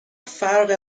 فرق